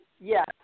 Yes